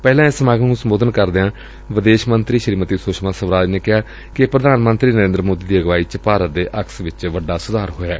ਪਹਿਲਾਂ ਇਸ ਸਮਾਗਮ ਨੂੰ ਸੰਬੋਧਨ ਕਰਦਿਆਂ ਵਿਦੇਸ਼ ਮੰਤਰੀ ਸ੍ਰੀਮਤੀ ਸੁਸ਼ਮਾ ਸਵਰਾਜ ਨੇ ਕਿਹਾ ਕਿ ਪ੍ਰਧਾਨ ਮੰਤਰੀ ਨਰੇਂਦਰ ਮੋਦੀ ਦੀ ਅਗਵਾਈ ਚ ਭਾਰਤ ਦੇ ਅਕਸ ਵਿਚ ਵੱਡਾ ਸੁਧਾਰ ਹੋਇਐ